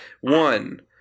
One